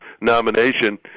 nomination